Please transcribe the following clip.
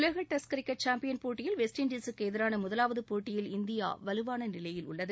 உலக test cricket சாம்பியள் போட்டியில் வெஸ்ட் இண்டஸுக்கு எதிரான முதவாவது போட்டியில் இந்தியா வலுவான நிலையில் உள்ளது